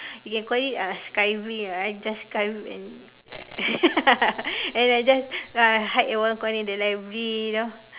you can call it uh skiving ah I just skive and and I just uh hide at one corner of the library you know